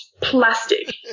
plastic